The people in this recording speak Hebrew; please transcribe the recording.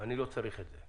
אני לא צריך את זה